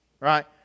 Right